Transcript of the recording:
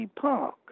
park